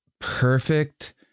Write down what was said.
perfect